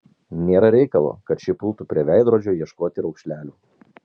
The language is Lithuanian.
nėra reikalo kad ši pultų prie veidrodžio ieškoti raukšlelių